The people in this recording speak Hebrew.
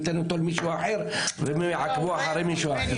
הוא ייתן אותו למישהו אחר והם יעקבו אחרי מישהו אחר,